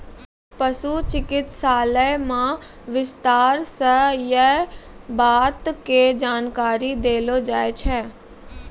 पशु चिकित्सालय मॅ विस्तार स यै बात के जानकारी देलो जाय छै